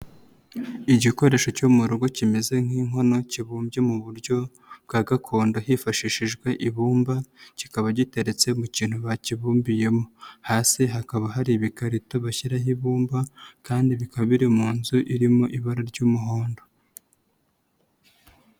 Igikoresho cyo mu rugo kimeze nk'inkono kibumbye mu buryo bwa gakondo hifashishijwe ibumba kikaba giteretse mu kintu bakibumbiyemo, hasi hakaba hari ibikarito bashyiraho ibumba kandi bikaba biri mu nzu irimo ibara ry'umuhondo.